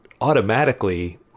automatically